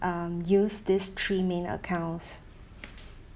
um use these three main accounts